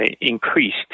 increased